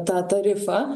tą tarifą